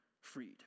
freed